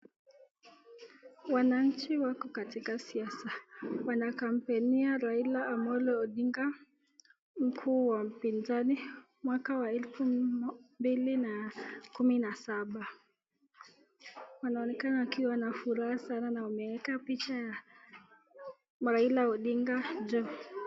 Wananchi wako katika siasa, wanakampeinia Raila Amolo Odinga, mkuu wa upinzani mwaka wa elfu mbili na kumi na saba. Wanaonekana wakiwa na furaha sana na wameweka picha ya Raila Odinga juu.